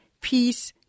Peace